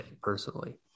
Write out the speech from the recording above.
personally